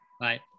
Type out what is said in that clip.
Bye